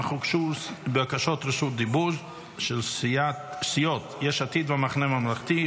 אך הוגשו בקשות רשות דיבור של סיעות יש עתיד והמחנה ממלכתי.